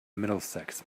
middlesex